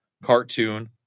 Cartoon